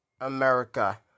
America